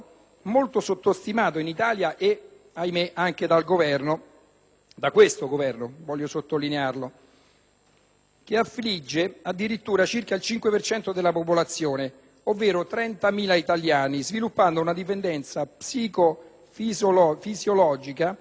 da questo Governo, voglio sottolinearlo - che affligge addirittura il 5 per cento circa della popolazione, ovvero 30.000 italiani, sviluppando una dipendenza psicofisiologica, simile a quella indotta da sostanze stupefacenti.